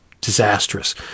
disastrous